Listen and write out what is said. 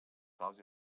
claus